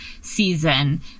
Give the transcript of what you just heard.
season